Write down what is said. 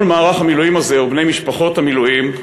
כל מערך המילואים הזה, ובני משפחות המילואים,